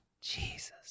Jesus